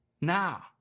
now